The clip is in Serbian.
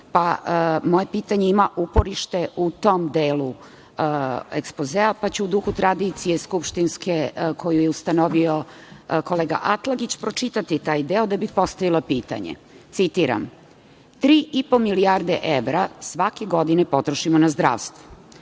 moje pitanje ima uporište u tom delu ekspozea, pa ću u duhu tradicije skupštinske, koju je ustanovio kolega Atlagić, pročitati taj deo da bi postavila pitanje. Citiram: „Tri i po milijarde evra svake godine potrošimo na zdravstvo.